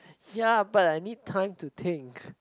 ya but I need time to think